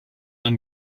dann